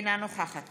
אינה נוכחת